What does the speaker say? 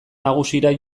nagusira